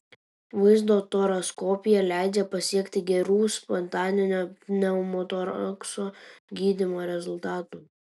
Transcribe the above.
vaizdo torakoskopija leidžia pasiekti gerų spontaninio pneumotorakso gydymo rezultatų